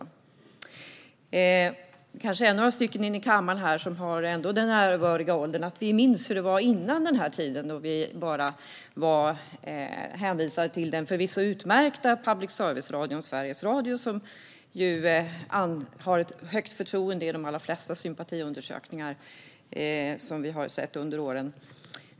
Vi är kanske några här i kammaren som har den ärevördiga ålder att vi minns hur det var före denna tid, när vi var hänvisade till den förvisso utmärkta public service-radion Sveriges Radio, som ju har högt förtroende enligt de allra flesta sympatiundersökningar vi har sett genom åren.